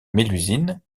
mélusine